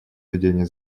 ведения